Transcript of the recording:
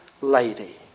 lady